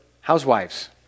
housewives